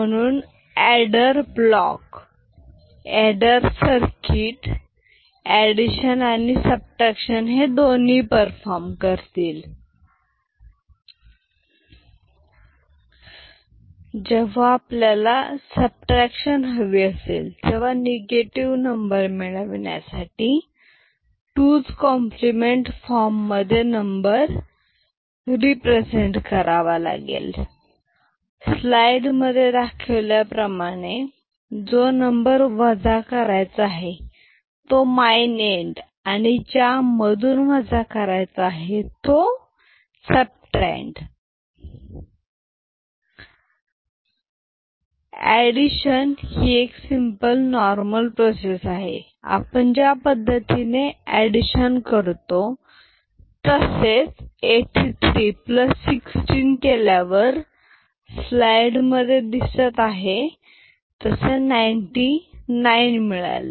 म्हणून adder block adder circuit addition आणि subtraction दोन्ही परफॉर्म करेल जेव्हा आपल्याला सबट्रॅक्शन हवी असेल तेव्हा निगेटिव नंबर मिळवण्यासाठी 2s कॉम्प्लिमेंट फॉर्ममध्ये नंबर रिप्रेझेंट करावा लागेल स्लाईड मध्ये दाखविल्याप्रमाणे जो नंबर वजा करायचा आहे तो minuend आणि ज्या मधून वजा करायचा आहे तो subtrahend ऑडिशन ही सिम्पल नॉर्मल प्रोसेस आहे आपण ज्या पद्धतीने एडिशन करतो तसेच 8316 केल्यावर स्लाईडमध्ये दिसत आहे 99 मिळाले